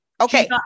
Okay